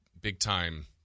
big-time